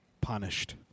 punished